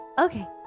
okay